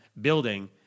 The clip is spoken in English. building